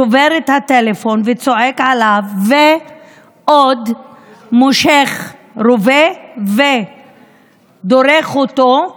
שובר את הטלפון וצועק עליו ועוד מושך רובה ודורך אותו.